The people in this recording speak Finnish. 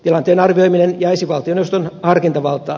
tilanteen arvioiminen jäisi valtioneuvoston harkintavaltaan